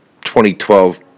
2012